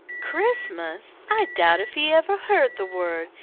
christmas! i doubt if he ever heard the word.